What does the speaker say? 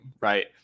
right